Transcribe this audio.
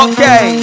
Okay